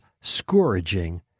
scourging